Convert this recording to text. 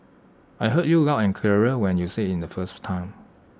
I heard you loud and clear when you said IT the first time